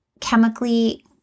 chemically